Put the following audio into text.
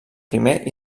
primer